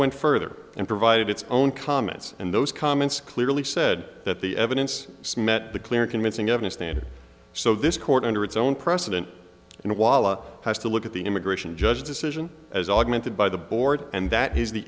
went further and provided its own comments and those comments clearly said that the evidence smet the clear and convincing evidence and so this court under its own precedent and wallah has to look at the immigration judge decision as augmented by the board and that is the